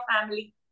family